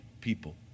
people